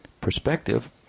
perspective